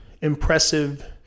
impressive